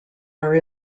are